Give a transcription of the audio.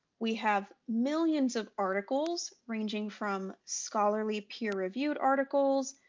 we have millions of articles, ranging from scholarly peer-reviewed articles,